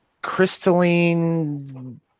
Crystalline